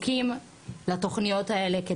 את